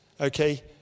okay